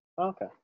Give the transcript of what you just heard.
okay